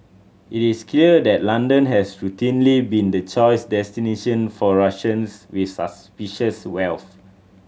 it is clear that London has routinely been the choice destination for Russians with suspicious wealth